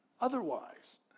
otherwise